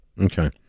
Okay